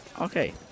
Okay